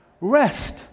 Rest